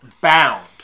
Bound